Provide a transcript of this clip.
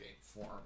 form